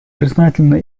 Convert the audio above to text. признательны